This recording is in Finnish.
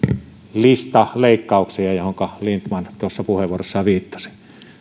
lista leikkauksia johonka lindtman tuossa puheenvuorossaan viittasi